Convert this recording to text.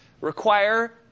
require